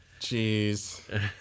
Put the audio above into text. Jeez